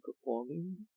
performing